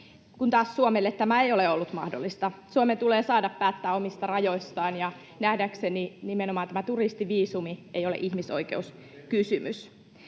kun Suomelle tämä ei ole ollut mahdollista. Suomen tulee saada päättää omista rajoistaan, ja nähdäkseni nimenomaan tämä turistiviisumi ei ole ihmisoikeuskysymys.